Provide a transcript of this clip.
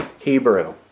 Hebrew